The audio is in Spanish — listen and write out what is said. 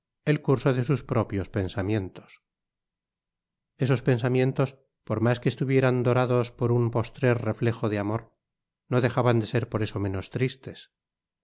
el curso de sus propios pensamientos esos pensamientos por mas que estuvieran dorados por un postrer reflejo de amor no dejaban de ser por eso menos tristes